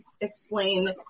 explain